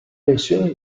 versione